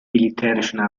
militärische